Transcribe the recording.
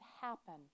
happen